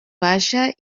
baixa